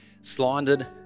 slandered